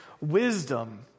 wisdom